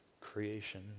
creation